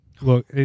Look